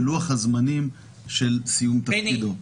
בלוח הזמנים של סיום תפקידו.